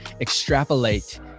extrapolate